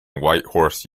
whitehorse